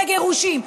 בגירושין,